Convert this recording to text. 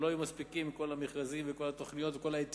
אבל לא היו מספיקים עם כל המכרזים וכל התוכניות וכל ההיתרים.